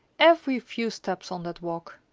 every few steps on that walk.